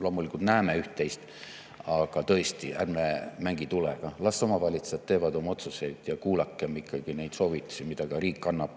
loomulikult näeme üht-teist. Aga tõesti, ärme mängime tulega. Las omavalitsused teevad oma otsuseid ja kuulakem ikkagi ka neid soovitusi, mida riik annab.